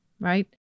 right